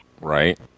Right